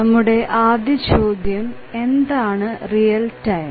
നമ്മുടെ ആദ്യ ചോദ്യം എന്താണ് റിയൽ ടൈം